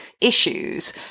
issues